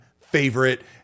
favorite